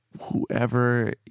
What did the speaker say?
whoever